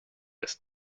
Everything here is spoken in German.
ist